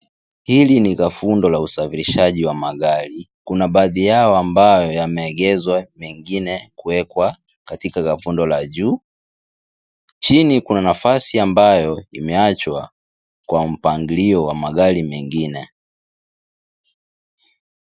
Hili ni gafundo la usafirishaji wa magari. Kuna baadhi yao ambayo yamegezwa mengine kueekwa katika gafundo la juu. Chini kuna nafasi ambayo imeachwa kwa mpanglio wa magari mengine.